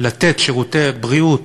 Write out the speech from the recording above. לתת שירותי בריאות